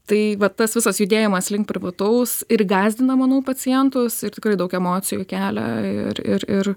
tai vat tas visas judėjimas link privataus ir gąsdina manau pacientus ir tikrai daug emocijų kelia ir ir ir